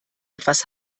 etwas